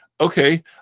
okay